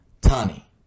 Tani